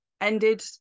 ended